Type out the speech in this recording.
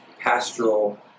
pastoral